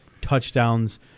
touchdowns